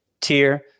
tier